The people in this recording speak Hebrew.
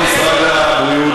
במשרד הבריאות